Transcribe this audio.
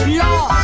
law